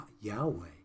Yahweh